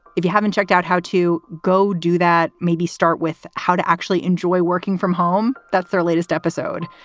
if you haven't checked out how to go do that. maybe start with how to actually enjoy working from home that's their latest episode.